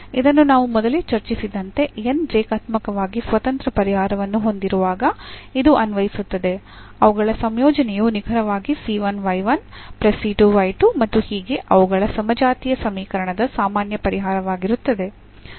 ಇದನ್ನು ನಾವು ಮೊದಲೇ ಚರ್ಚಿಸಿದಂತೆ ರೇಖಾತ್ಮಕವಾಗಿ ಸ್ವತಂತ್ರ ಪರಿಹಾರವನ್ನು ಹೊಂದಿರುವಾಗ ಇದು ಅನ್ವಯಿಸುತ್ತದೆ ಅವುಗಳ ಸಂಯೋಜನೆಯು ನಿಖರವಾಗಿ ಮತ್ತು ಹೀಗೆ ಅವುಗಳ ಸಮಜಾತೀಯ ಸಮೀಕರಣದ ಸಾಮಾನ್ಯ ಪರಿಹಾರವಾಗಿರುತ್ತದೆ